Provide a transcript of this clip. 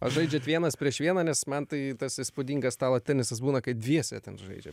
o žaidžiat vienas prieš vieną nes man tai tas įspūdingas stalo tenisas būna kai dviese ten žaidžia